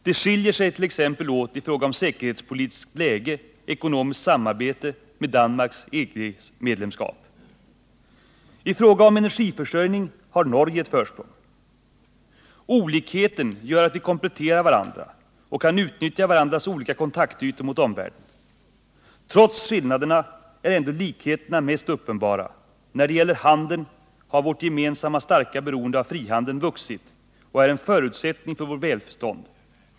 De skiljer sig t.ex. åt i fråga om säkerhetspolitiskt läge och ekonomiskt samarbete genom Danmarks EG-medlemskap. I fråga om energiförsörjning har Norge ett försprång. Olikheten gör att vi kompletterar varandra och kan utnyttja varandras olika kontaktytor ut mot omvärlden. Trots skillnaderna är ändå likheterna mest uppenbara. När det gäller handeln har vårt gemensamma starka beroende av frihandel vuxit och är en förutsättning för vårt välstånd.